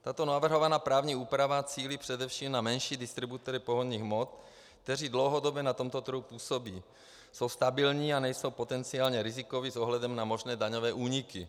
Tato navrhovaná právní úprava cílí především na menší distributory pohonných hmot, kteří dlouhodobě na tomto trhu působí, jsou stabilní a nejsou potenciálně rizikoví s ohledem na možné daňové úniky.